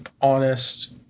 honest